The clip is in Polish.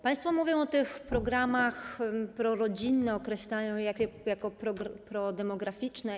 Państwo mówią o tych programach prorodzinnych, określają je jako prodemograficzne.